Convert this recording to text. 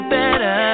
better